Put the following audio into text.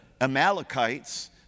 Amalekites